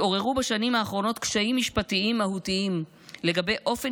התעוררו בשנים האחרונות קשיים משפטיים מהותיים לגבי אופן